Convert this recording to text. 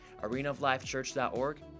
arenaoflifechurch.org